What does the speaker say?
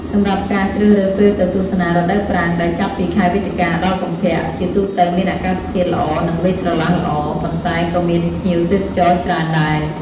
សម្រាប់ការ ជ្រើសរើសពេលទៅទស្សនា រដូវប្រាំង ដែលចាប់ពី ខែវិច្ឆិកា ដល់ កុម្ភៈ ជាទូទៅមានអាកាសធាតុល្អនិងមេឃស្រឡះល្អ ប៉ុន្តែក៏មានភ្ញៀវទេសចរច្រើនដែរ។